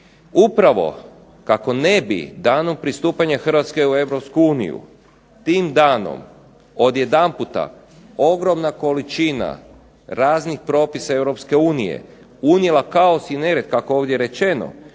upravo kako ne bi danom pristupanja Hrvatske u EU tim danom odjedanput ogromna količina raznih propisa Europske unije unijela kao sinert kako je ovdje rečeno,